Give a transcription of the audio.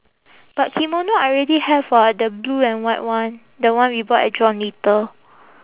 but kimono I already have [what] the blue and white one the one we bought at john little